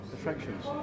attractions